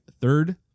third